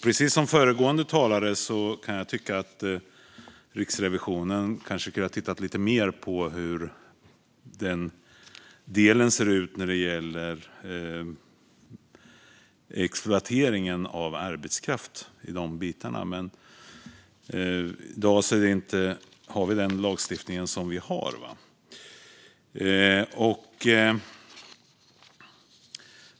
Precis som föregående talare kan jag tycka att Riksrevisionen kanske kunde ha tittat lite mer på de delar som gäller exploatering av arbetskraft. I dag har vi den lagstiftning som vi har.